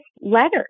letters